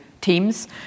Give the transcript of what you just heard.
teams